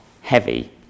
heavy